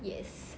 yes